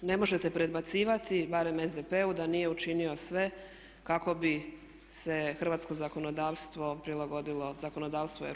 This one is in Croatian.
Ne možete predbacivati, barem SDP-u da nije učinio sve kako bi se hrvatsko zakonodavstvo prilagodilo zakonodavstvu EU.